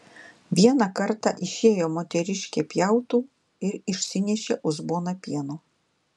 vieną kartą išėjo moteriškė pjautų ir išsinešė uzboną pieno